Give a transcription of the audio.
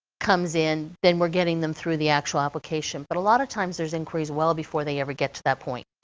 comes in, then we're getting them through the actual application. but a lot of times there's inquiries well before they ever get to that point.